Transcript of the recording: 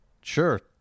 sure